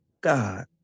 God